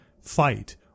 fight